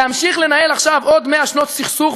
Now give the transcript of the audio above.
להמשיך לנהל עכשיו עוד 100 שנות סכסוך,